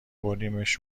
بردیمش